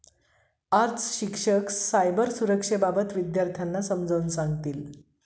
आज शिक्षक हायब्रीड सुरक्षेबाबत विद्यार्थ्यांना समजावून सांगतील